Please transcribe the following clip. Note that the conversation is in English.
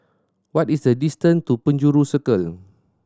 what is the distance to Penjuru Circle